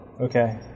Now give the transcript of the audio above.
okay